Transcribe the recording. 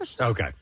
okay